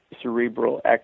cerebral